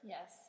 Yes